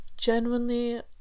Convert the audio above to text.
genuinely